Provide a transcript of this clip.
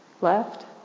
left